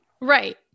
Right